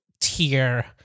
tier